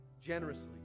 Generously